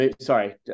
Sorry